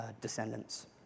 descendants